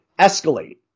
escalate